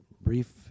brief